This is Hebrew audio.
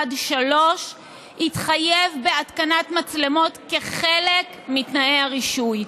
עד שלוש יתחייב בהתקנת מצלמות כחלק מתנאי הרישוי.